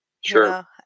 Sure